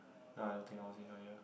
no I don't think I was in your year